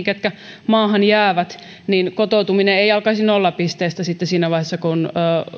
ketkä maahan jäävät kotoutuminen ei alkaisi nollapisteestä sitten siinä vaiheessa kun